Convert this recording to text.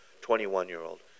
21-year-old